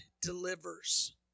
delivers